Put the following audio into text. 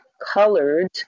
colored